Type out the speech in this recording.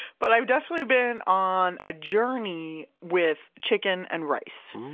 but i've definitely been on a journey with chicken and rice,